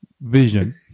vision